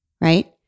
right